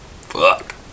Fuck